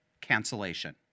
cancellation